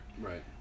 Right